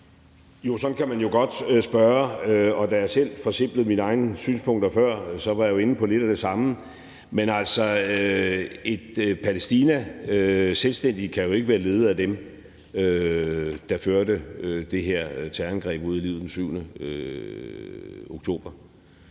Jo, sådan kan man jo godt spørge, og da jeg selv forsimplede mine egne synspunkter før, var jeg jo inde på lidt af det samme. Men altså, et selvstændigt Palæstina kan jo ikke være ledet af dem, der førte det her terrorangreb ud i livet den 7. oktober,